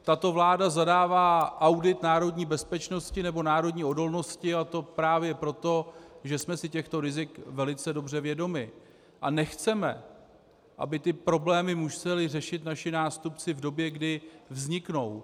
Tato vláda zadává audit národní bezpečnosti nebo národní odolnosti, a to právě proto, že jsme si těchto rizik velice dobře vědomi a nechceme, aby ty problémy museli řešit naši nástupci v době, kdy vzniknou.